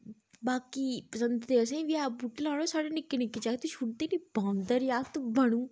बाकी पंसद ते असें बी ऐ बूहटे लाना बा साढ़े निक्के निक्के जागत छुड़दे नी बांदर जागत बनूं